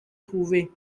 trouver